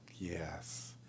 Yes